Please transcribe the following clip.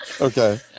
Okay